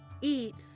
eat